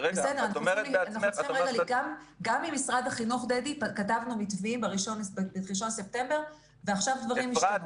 וחלק אינטגראלי מצוות הגן וגם חלק בלתי נפרד מצוות בית הספר והצהרונים.